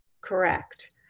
correct